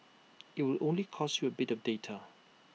IT would only cost you bit of data